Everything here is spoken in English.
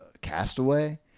Castaway